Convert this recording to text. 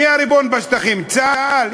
מי הריבון בשטחים, צה"ל?